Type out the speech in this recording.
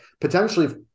Potentially